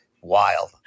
Wild